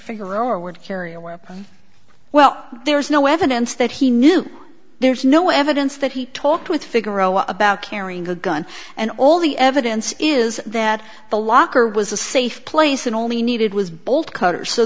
figure or would carry a weapon well there is no evidence that he knew there's no evidence that he talked with figaro about carrying a gun and all the evidence is that the locker was a safe place and only needed was bolt cutter so